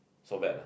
so bad ah